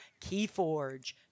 Keyforge